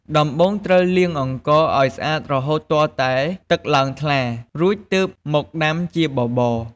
ដំបូងត្រូវលាងអង្ករឱ្យស្អាតរហូតទាល់តែទឹកឡើងថ្លា រួចទើបមកដាំជាបបរ។